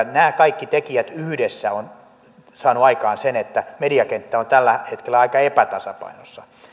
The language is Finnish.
nämä kaikki tekijät yhdessä ovat saaneet aikaan sen että mediakenttä on tällä hetkellä aika epätasapainossa